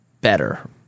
better